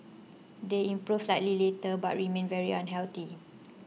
they improved slightly later but remained very unhealthy